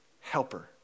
helper